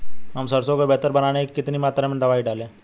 हम सरसों को बेहतर बनाने के लिए कितनी मात्रा में दवाई डालें?